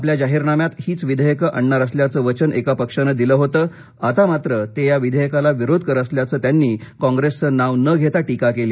आपल्या जाहीरनाम्यात हीच विधेयक आणणार असल्याचं वचन एका पक्षानं दिलं होतं आता मात्र ते या विधेयकाला विरोध करत असल्याचं त्यांनी कॉप्रेसचं नाव न घेता टीका केली